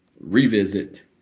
revisit